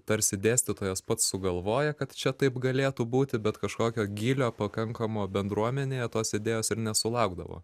tarsi dėstytojas pats sugalvoja kad čia taip galėtų būti bet kažkokio gylio pakankamo bendruomenėje tos idėjos ir nesulaukdavo